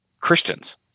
Christians